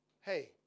hey